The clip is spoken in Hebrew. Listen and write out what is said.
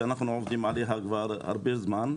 שאנחנו עובדים עליה כבר הרבה זמן,